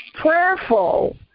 prayerful